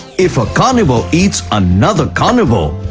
if a carnivore eats another carnivore,